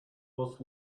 was